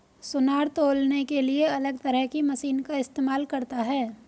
सुनार तौलने के लिए अलग तरह की मशीन का इस्तेमाल करता है